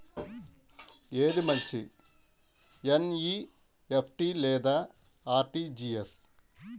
ఏది మంచి ఎన్.ఈ.ఎఫ్.టీ లేదా అర్.టీ.జీ.ఎస్?